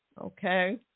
okay